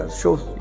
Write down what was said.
shows